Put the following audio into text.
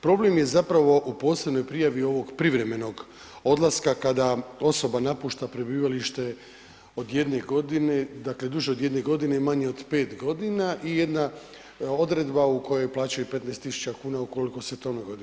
Problem je zapravo u posebnoj prijavi ovog privremenog odlaska kada osoba napušta prebivalište od jedne godine, dakle duže od jedne godine, manje od pet godina i jedna odredba u kojoj plaćaju 15.000 kuna ukoliko se to ne dogodi.